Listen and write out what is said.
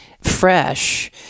fresh